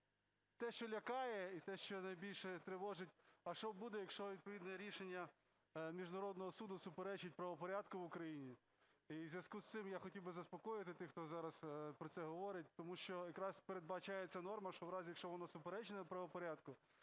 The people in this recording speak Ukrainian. Те, що лякає, і те, що найбільше тривожить: а що буде, якщо відповідне рішення міжнародного суду суперечить правопорядку в України? І в зв'язку з цим я хотів би заспокоїти тих, хто зараз про це говорить, тому що якраз передбачається норма, що в разі, якщо воно суперечить правопорядку,